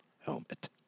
helmet